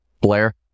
Blair